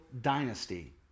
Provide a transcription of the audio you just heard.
dynasty